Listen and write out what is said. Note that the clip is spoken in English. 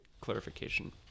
clarification